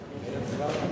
יושב-ראש